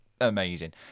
amazing